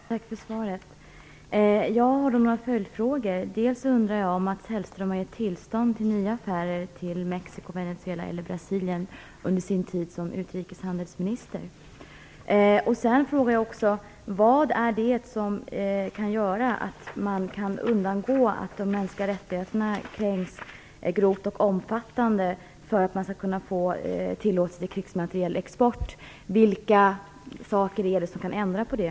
Herr talman! Tack för svaret. Jag har några följdfrågor. Jag undrar om Mats Hellström under sin tid som utrikeshandelsminister har gett tillstånd till nya affärer när det gäller Mexico, Venezuela eller Brasilien. Sedan undrar jag också vad det är som kan göra att man kan få tillåtelse till krigsmaterielexport trots att de mänskliga rättigheterna kränks grovt och omfattande. Vilka saker är det som kan göra det?